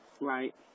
Right